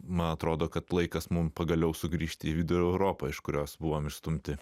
man atrodo kad laikas mums pagaliau sugrįžti į vidurio europą iš kurios buvome išstumti